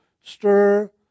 stir